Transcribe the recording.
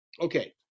okay